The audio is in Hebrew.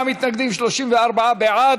48 מתנגדים, 34 בעד.